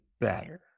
better